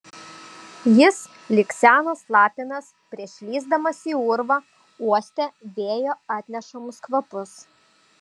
jis lyg senas lapinas prieš lįsdamas į urvą uostė vėjo atnešamus kvapus